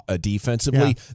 defensively